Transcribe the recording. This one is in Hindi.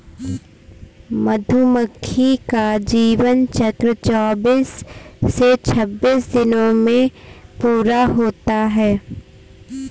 मधुमक्खी का जीवन चक्र चौबीस से छब्बीस दिनों में पूरा होता है